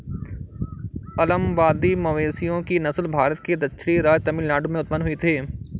अलंबादी मवेशियों की नस्ल भारत के दक्षिणी राज्य तमिलनाडु में उत्पन्न हुई थी